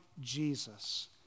Jesus